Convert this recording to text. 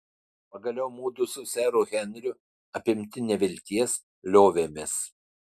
pagaliau mudu su seru henriu apimti nevilties liovėmės